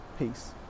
Peace